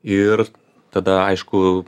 ir tada aišku